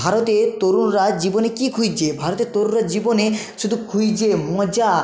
ভারতের তরুণরা জীবনে কী খুঁজছে ভারতের তরুণরা জীবনে শুধু খুঁজছে মজা